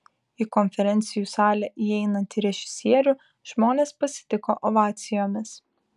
į konferencijų salę įeinantį režisierių žmonės pasitiko ovacijomis